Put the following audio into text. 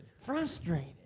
Frustrated